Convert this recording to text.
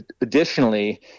additionally